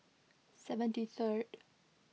seventy third